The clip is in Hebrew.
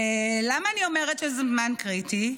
ולמה אני אומרת שזה זמן קריטי?